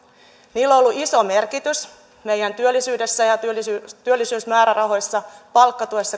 niillä on ollut iso merkitys meidän työllisyydelle ja työllisyysmäärärahoille palkkatuelle